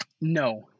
No